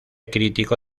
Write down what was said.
crítico